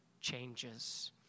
changes